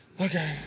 Okay